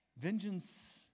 Vengeance